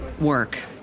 work